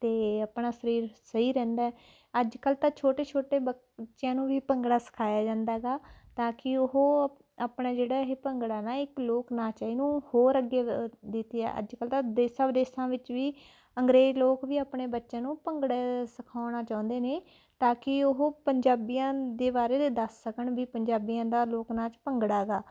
ਅਤੇ ਆਪਣਾ ਸਰੀਰ ਸਹੀ ਰਹਿੰਦਾ ਹੈ ਅੱਜ ਕੱਲ੍ਹ ਤਾਂ ਛੋਟੇ ਛੋਟੇ ਬੱਚਿਆਂ ਨੂੰ ਵੀ ਭੰਗੜਾ ਸਿਖਾਇਆ ਜਾਂਦਾ ਹੈਗਾ ਤਾਂ ਕਿ ਉਹ ਆਪਣਾ ਜਿਹੜਾ ਇਹ ਭੰਗੜਾ ਨਾ ਇੱਕ ਲੋਕ ਨਾਚ ਆ ਇਹਨੂੰ ਹੋਰ ਅੱਗੇ ਵ ਦੀ ਅਤੇ ਆ ਅੱਜ ਕੱਲ੍ਹ ਤਾਂ ਦੇਸ਼ਾਂ ਵਿਦੇਸ਼ਾਂ ਵਿੱਚ ਵੀ ਅੰਗਰੇਜ਼ ਲੋਕ ਵੀ ਆਪਣੇ ਬੱਚੇ ਨੂੰ ਭੰਗੜਾ ਸਿਖਾਉਣਾ ਚਾਹੁੰਦੇ ਨੇ ਤਾਂ ਕਿ ਉਹ ਪੰਜਾਬੀਆਂ ਦੇ ਬਾਰੇ ਅਤੇ ਦੱਸ ਸਕਣ ਵੀ ਪੰਜਾਬੀਆਂ ਦਾ ਲੋਕ ਨਾਚ ਭੰਗੜਾ ਗਾ